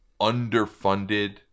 underfunded